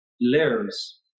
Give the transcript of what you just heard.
layers